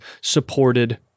supported